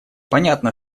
понятно